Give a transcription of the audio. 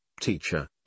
teacher